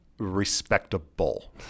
respectable